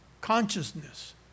consciousness